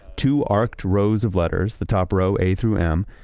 two arced rows of letters, the top row a through m,